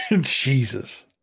Jesus